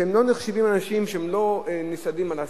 שלא נחשבים אנשים שנשענים על הסעד,